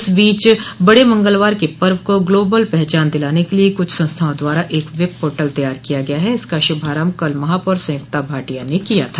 इस बीच बड़े मंगलवार के पर्व को ग्लोबल पहचान दिलाने के लिये कुछ संस्थाओं द्वारा एक वेब पोर्टल तैयार किया गया है इसका शुभारम्भ कल महापौर संयुक्ता भाटिया ने किया था